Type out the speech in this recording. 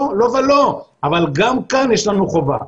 לא, לא ולא, אבל גם יש לנו חובה.